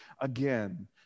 again